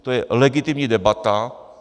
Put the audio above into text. To je legitimní debata.